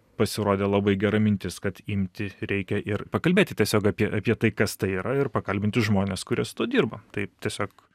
pasirodė labai gera mintis kad imti reikia ir pakalbėti tiesiog apie apie tai kas tai yra ir pakalbinti žmones kurie su tuo dirba tai tiesiog